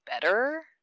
better